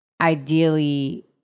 ideally